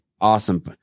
Awesome